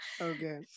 Okay